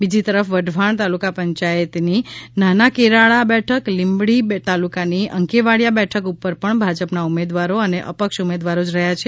બીજી તરફ વઢવાણ તાલુકા પંચાયતની નાના કેરાળા બેઠક લીંબડી તાલુકાની અંકેવાળીયા બેઠક ઉપર પણ ભાજપના ઉમેદવારો અને અપક્ષ ઉમેદવારો જ રહ્યા છે